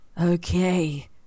Okay